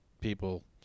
people